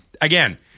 again